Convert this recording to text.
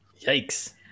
Yikes